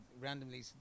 randomly